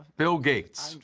bill gates.